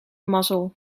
mazzel